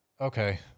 Okay